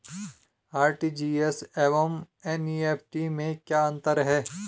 RTGS एवं NEFT में क्या अंतर है?